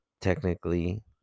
technically